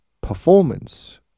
performance